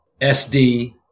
SD